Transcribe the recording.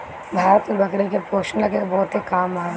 भारत में बकरी के पोषला के काम बहुते होत हवे